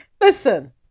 listen